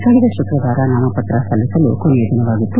ಕಳೆದ ಶುಕ್ರವಾರ ನಾಮಪತ್ರ ಸಲ್ಲಿಸಲು ಕೊನೆಯ ದಿನವಾಗಿತ್ತು